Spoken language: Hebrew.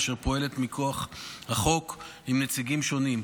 אשר פועלת מכוח החוק, עם נציגים שונים.